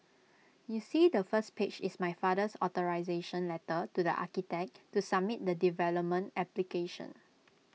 you see the first page is my father's authorisation letter to the architect to submit the development application